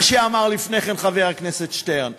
מה שאמר לפני כן חבר הכנסת שטרן,